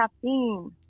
caffeine